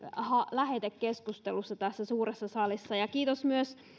lähetekeskustelussa tässä suuressa salissa kiitos